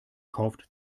kauft